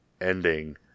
Ending